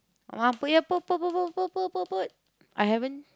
I haven't